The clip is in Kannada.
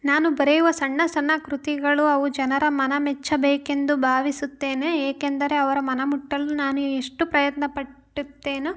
ನಾನು ಬರೆಯುವ ಸಣ್ಣ ಸಣ್ಣ ಕೃತಿಗಳು ಅವು ಜನರ ಮನ ಮೆಚ್ಚಬೇಕೆಂದು ಭಾವಿಸುತ್ತೇನೆ ಏಕೆಂದರೆ ಅವರ ಮನಮುಟ್ಟಲು ನಾನು ಎಷ್ಟು ಪ್ರಯತ್ನಪಡುತ್ತೇನೋ